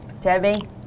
Debbie